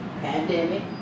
pandemic